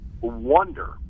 wonder